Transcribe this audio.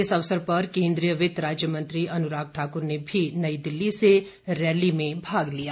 इस अवसर पर केन्द्रीय वित्त राज्य मंत्री अनुराग ठाकुर ने भी नई दिल्ली से रैली में भाग लिया